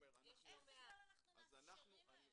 איך בכלל אנחנו מאפשרים להם את זה?